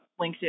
LinkedIn